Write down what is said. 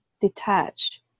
detach